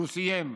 והוא סיים,